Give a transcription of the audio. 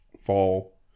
fall